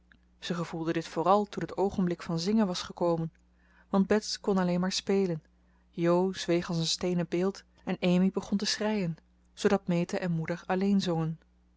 ze gevoelden dit vooral toen het oogenblik van zingen was gekomen want bets kon alleen maar spelen jo zweeg als een steenen beeld en amy begon te schreien zoodat meta en moeder alleen zongen